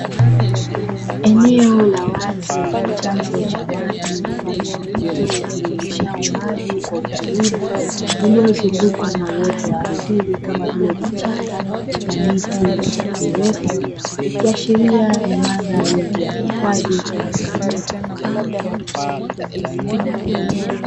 Eneo la wazi lenye chanzo cha maji mfano wa mto utiririshao maji kwa utulivu, uliozungukwa na uoto wa asili kama vike vichaka na miti mirefu, ikiashiria ni mandhari ya kuhifadhi ya misitu.